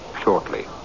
shortly